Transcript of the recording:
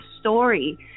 story